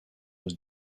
was